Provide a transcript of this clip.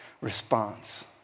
response